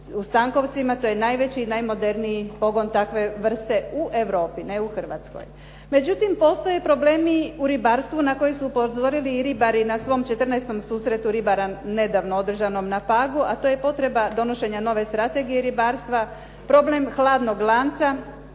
u Stankovcima to je najveći i najmoderniji pogon takve vrste u Europi, ne u Hrvatskoj. Međutim, postoje problemi u ribarstvu na koje su upozorili i ribari na svom 14. susretu ribara nedavno održanom na Pagu, a to je potreba donošenja nove Strategije ribarstva, problem hladnog lanca,